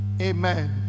amen